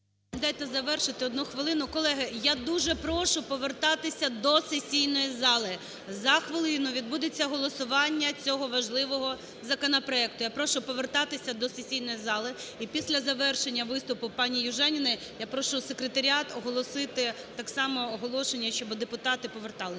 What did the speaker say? Дайте завершити одну хвилину. Колеги, я дуже прошу повертатися до сесійної зали. За хвилину відбудеться голосування цього важливого законопроекту. Я прошу повертатися до сесійної зали. І після завершення виступу паніЮжаніної я прошу Секретаріат оголосити так само оголошення, щоб депутати поверталися.